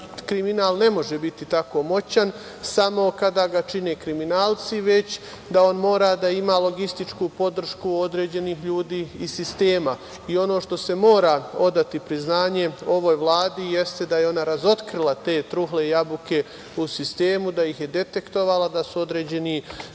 kriminal na može biti tako moćan samo kada ga čine kriminalci, već da on mora da ima logističku podršku određenih ljudi i sistema. Ono što se mora odati priznanje ovoj Vladi jeste da je ona razotkrila te trule jabuke u sistemu, da ih je detektovala, da su određeni